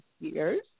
years